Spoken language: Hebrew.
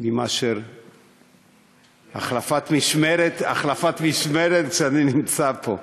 לי מאשר החלפת משמרת כשאני נמצא פה.